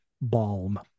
balm